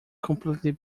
completely